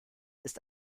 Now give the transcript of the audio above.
ist